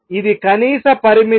ఇది కనీస పరిమితి